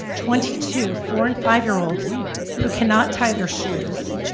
twenty two four and five year olds who cannot tie their shoes,